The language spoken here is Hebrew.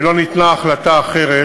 ולא ניתנה החלטה אחרת,